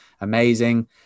amazing